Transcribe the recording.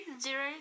zero